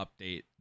update